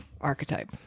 archetype